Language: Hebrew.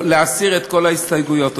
ולהסיר את כל ההסתייגויות.